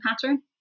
pattern